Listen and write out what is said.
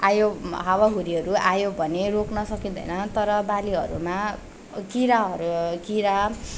आयो हावी हुरीहरू आयो भने रोक्न सकिँदैन तर बालीहरूमा किराहरू किरा